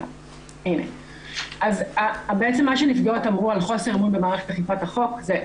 בעצם מה שנפגעות אמרו על חוסר אמון במערכת אכיפת החוק זה,